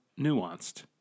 nuanced